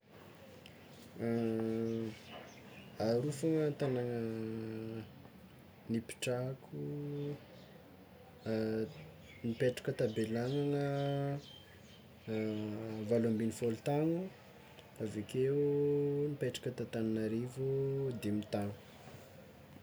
Aroa fôgna tagnana nipetrahako nipetraka ta Bealagnagna valo ambin'ny folo taogno avekeo nipetraka ta Tananarivo dimy taogno.